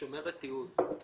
היא שומרת תיעוד.